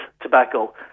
tobacco